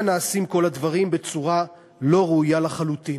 נעשים כל הדברים בצורה לא ראויה לחלוטין.